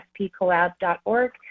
spcollab.org